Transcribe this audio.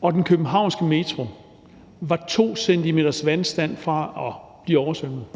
og den københavnske Metro var 2 centimeters vandstand fra at blive oversvømmet.